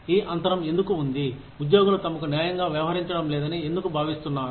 ఈ అంతరం ఎందుకు ఉంది ఉద్యోగులు తమకు న్యాయంగా వ్యవహరించడంలేదని ఎందుకు భావిస్తున్నారు